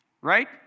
right